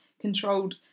controlled